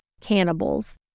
cannibals